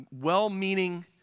well-meaning